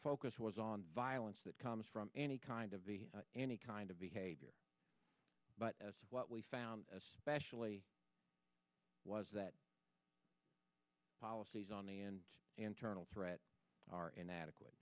focus was on violence that comes from any kind of the any kind of behavior but what we found especially was that policies on the and internal threat are inadequate